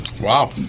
Wow